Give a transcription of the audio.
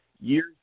Years